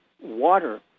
water